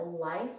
life